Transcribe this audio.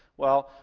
well,